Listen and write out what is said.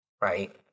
right